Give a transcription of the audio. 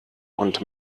und